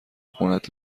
خونت